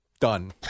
done